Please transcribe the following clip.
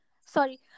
Sorry